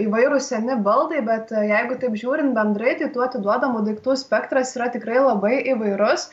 įvairūs seni baldai bet jeigu taip žiūrint bendrai tai tų atiduodamų daiktų spektras yra tikrai labai įvairus